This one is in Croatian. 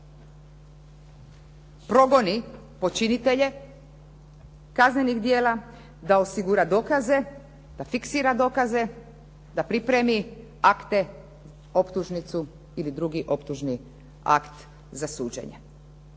da progoni počinitelje kaznenih djela, da osigura dokaze, da fiksira dokaze, da pripremi akte, optužnicu ili drugi optužni akt za suđenje.